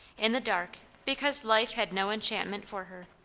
in the dark, because life had no enchantment for her.